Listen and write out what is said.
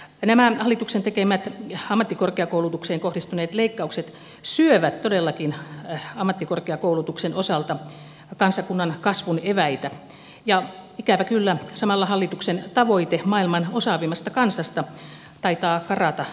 nämä hallituksen tekemät ammattikorkeakoulutukseen kohdistuneet leikkaukset syövät todellakin ammattikorkeakoulutuksen osalta kansakunnan kasvun eväitä ja ikävä kyllä samalla hallituksen tavoite maailman osaavimmasta kansasta taitaa karata käsistä